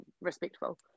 respectful